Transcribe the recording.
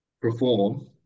perform